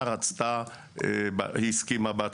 כמובן שמדובר באיזו שהיא הסכמה או הבעת